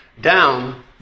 down